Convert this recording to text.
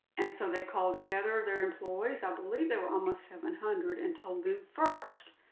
and so they called together their employees, i believe there were almost seven hundred, and told them first.